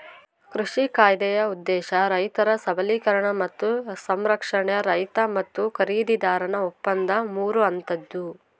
ಕೃಷಿ ಕಾಯ್ದೆಯ ಉದ್ದೇಶ ರೈತರ ಸಬಲೀಕರಣ ಮತ್ತು ಸಂರಕ್ಷಣೆ ರೈತ ಮತ್ತು ಖರೀದಿದಾರನ ಒಪ್ಪಂದ ಮೂರು ಹಂತದ್ದು